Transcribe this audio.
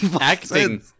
acting